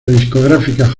discográfica